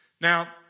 Now